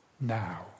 now